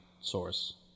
source